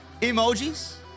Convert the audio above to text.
emojis